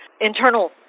internal